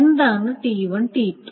എന്താണ് T1 T2